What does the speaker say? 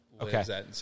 Okay